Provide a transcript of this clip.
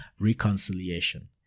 reconciliation